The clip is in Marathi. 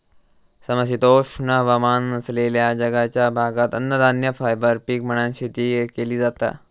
समशीतोष्ण हवामान असलेल्या जगाच्या भागात अन्नधान्य, फायबर पीक म्हणान शेती केली जाता